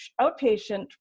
outpatient